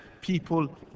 people